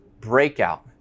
Breakout